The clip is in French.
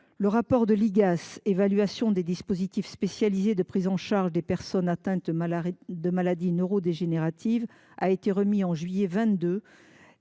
relatif à l’évaluation des dispositifs spécialisés de prise en charge des personnes atteintes de maladies neurodégénératives, remis en juillet 2022,